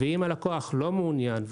אם הלקוח לא מעוניין,